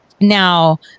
Now